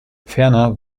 ferner